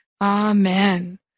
Amen